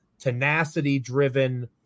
tenacity-driven